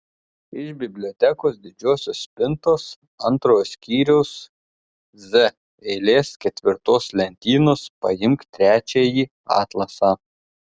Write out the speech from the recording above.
iš bibliotekos didžiosios spintos antrojo skyriaus z eilės ketvirtos lentynos paimk trečiąjį atlasą